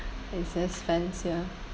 it's expens~ ya